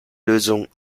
lösung